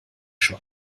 schon